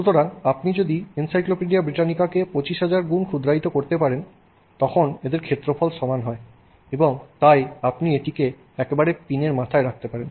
সুতরাং আপনি যদি এনসাইক্লোপিডিয়া ব্রিটানিকাকে 25000 গুন ক্ষুদ্রায়িত করতে পারেন তখন এদের ক্ষেত্রফল সমান হয় এবং তাই আপনি এটিকে একেবারে পিনের মাথায় রাখতে পারেন